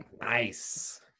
nice